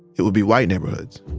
it would be white neighborhoods,